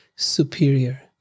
superior